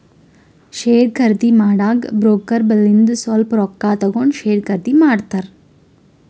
share ಖರ್ದಿ ಮಾಡಾಗ broker ಬಲ್ಲಿಂದು ಸ್ವಲ್ಪ ರೊಕ್ಕಾ ತಗೊಂಡ್ ಶೇರ್ ಖರ್ದಿ ಮಾಡ್ತಾರ್